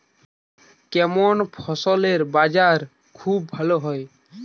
কেমন ফসলের বাজার খুব ভালো হয়?